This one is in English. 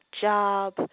job